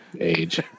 age